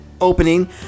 opening